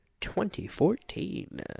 2014